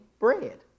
bread